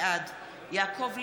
בעד יעקב ליצמן,